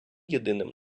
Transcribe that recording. єдиним